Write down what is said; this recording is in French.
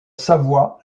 savoie